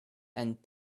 and